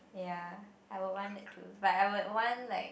ya I would want it too but I would want like